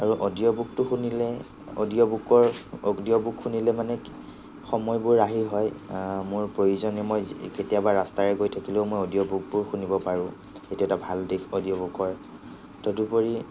আৰু অডিঅ'বুকটো শুনিলে অডিঅ'বুকৰ অডিঅ'বুক শুনিলে মানে কি সময়বোৰ ৰাহি হয় মোৰ প্ৰয়োজনে মই যি কেতিয়াবা ৰাস্তাৰে গৈ থাকিলেও মই অডিঅ'বুকবোৰ শুনিব পাৰোঁ এইটো এটা ভাল দিশ অডিঅ'বুকৰ তদুপৰি